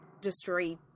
destroy